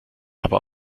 aber